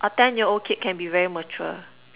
a ten year old kid can be very mature